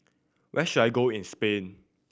where should I go in Spain